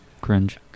cringe